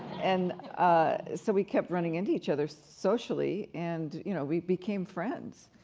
and so we kept running into each other socially and you know we became friends.